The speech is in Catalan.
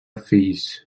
fills